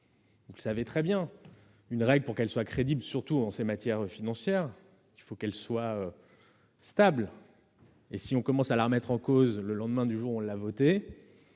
vous le savez très bien, pour qu'une règle soit crédible, surtout en matière financière, il faut qu'elle soit stable. Si l'on commence à la remettre en cause le lendemain du jour où on l'a votée,